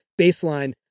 baseline